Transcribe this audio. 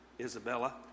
Isabella